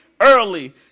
early